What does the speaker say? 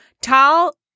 tall